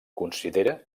considera